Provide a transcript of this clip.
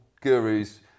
gurus